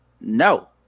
no